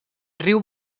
riu